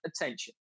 attention